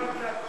אתה הפקק לכול.